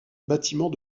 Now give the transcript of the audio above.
bâtiments